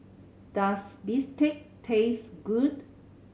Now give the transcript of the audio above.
does bistake taste good